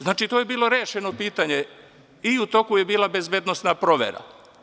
Znači, to je bilo rešeno pitanje i u toku je bila bezbednosna provera.